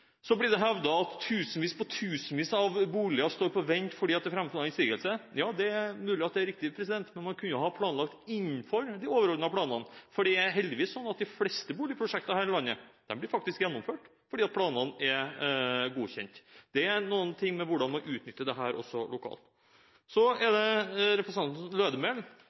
Så blir det hevdet at tusenvis på tusenvis av boliger står på vent fordi det er fremmet innsigelse. Ja, det er mulig at det er riktig, men man kunne jo ha planlagt innenfor de overordnede planene, for det er heldigvis sånn at de fleste boligprosjekter her i landet blir gjennomført fordi planene er godkjent. Det er noe med hvordan man utnytter dette også lokalt. Så er det representanten Lødemel